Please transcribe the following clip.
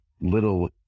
little